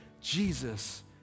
Jesus